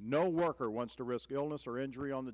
no worker wants to risk illness or injury on the